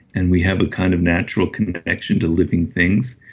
and we have a kind of natural connection to living things.